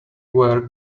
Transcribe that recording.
were